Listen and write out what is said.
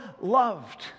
loved